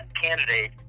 candidate